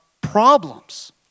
problems